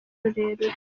rurerure